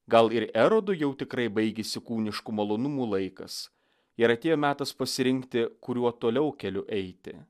gal ir erodui jau tikrai baigėsi kūniškų malonumų laikas ir atėjo metas pasirinkti kuriuo toliau keliu eiti